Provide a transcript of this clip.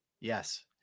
Yes